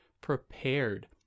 prepared